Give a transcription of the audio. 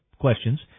questions